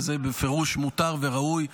שזה בפירוש מותר וראוי,